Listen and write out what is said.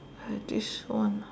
!hais! this one ah